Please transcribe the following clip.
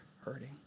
hurting